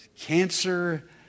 cancer